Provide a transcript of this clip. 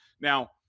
Now